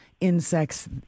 insects